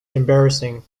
embarrassing